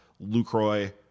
Lucroy